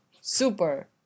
Super